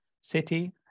city